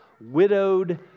widowed